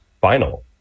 final